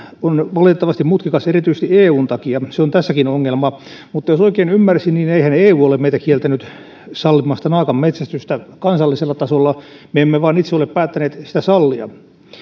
on valitettavasti mutkikas erityisesti eun takia se on tässäkin ongelma mutta jos oikein ymmärsin niin eihän eu ole meitä kieltänyt sallimasta naakan metsästystä kansallisella tasolla me emme vain itse ole päättäneet sitä sallia